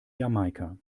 jamaika